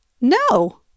no